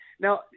Now